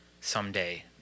someday